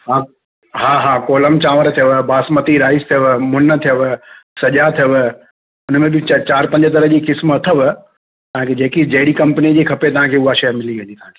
हा हा हा कोलम चांवर थियव बासमती राइस अथव मुङु थियव सॼा अथव हुन में बि च चारि पंज तरह जी क़िस्म अथव तव्हांखे जेकी जहिड़ी कंपनी जी खपे तव्हांखे उहा शइ मिली वेंदी